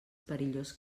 perillós